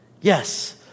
Yes